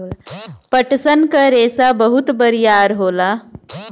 पटसन क रेसा बहुत बरियार होला